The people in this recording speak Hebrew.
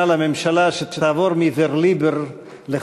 במלאות שנה לממשלה, שתעבור מ-vers libre לחרוזים.